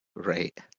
right